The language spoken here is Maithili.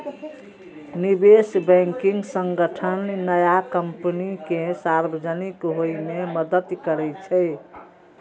निवेश बैंकिंग संगठन नया कंपनी कें सार्वजनिक होइ मे मदति करै छै